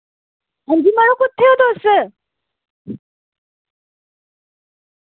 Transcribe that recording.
हां जी मड़ो कुत्थे ओ तुस